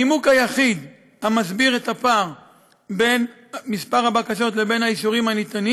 הנימוק היחיד המסביר את הפער בין מספר הבקשות לבין האישורים הניתנים